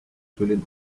suelen